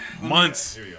months